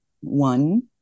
one